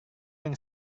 yang